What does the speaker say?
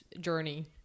journey